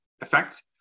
effect